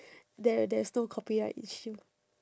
there there's no copyright issue